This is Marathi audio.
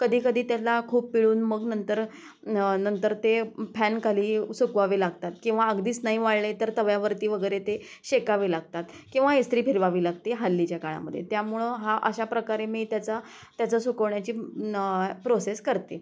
कधीकधी त्याला खूप पिळून मग नंतर न् नंतर ते म् फॅनखाली सुकवावे लागतात किंवा अगदीस नाही वाळले तर तव्यावरती वगैरे ते शेकावे लागतात किंवा इस्त्री फिरवावी लागते आहे हल्लीच्या काळामध्ये त्यामुळं हा अशाप्रकारे मी त्याचा त्याचं सुकवण्याची न् प्रोसेस करते